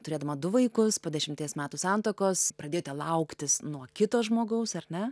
turėdama du vaikus po dešimties metų santuokos pradėti lauktis nuo kito žmogaus ar ne